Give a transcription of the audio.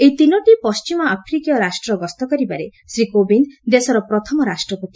ଏହି ତିନୋଟି ପଣ୍ଟିମ ଆଫ୍ରିକୀୟ ରାଷ୍ଟ୍ର ଗସ୍ତ କରିବାରେ ଶ୍ରୀ କୋବିନ୍ଦ ଦେଶର ପ୍ରଥମ ରାଷ୍ଟ୍ରପତି